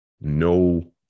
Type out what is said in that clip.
no